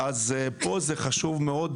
חשוב מאוד